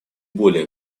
более